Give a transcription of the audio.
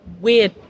weird